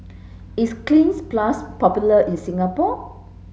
is Cleanz plus popular in Singapore